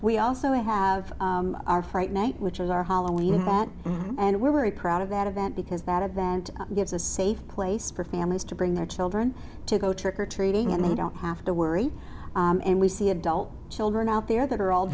we also have our fright night which is our holly hat and we were proud of that event because that event gives a safe place for families to bring their children to go trick or treating and they don't have to worry and we see adult children out there that a